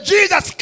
Jesus